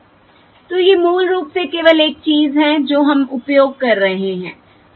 तो ये मूल रूप से केवल एक चीज हैं जो हम उपयोग कर रहे हैं